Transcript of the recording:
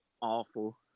awful